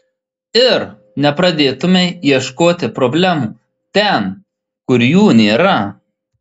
ir nepradėtumei ieškoti problemų ten kur jų nėra